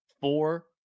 Four